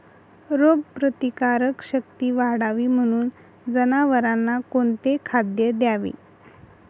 रोगप्रतिकारक शक्ती वाढावी म्हणून जनावरांना कोणते खाद्य द्यावे?